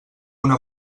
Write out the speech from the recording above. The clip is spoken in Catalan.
una